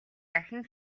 дахин